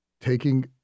taking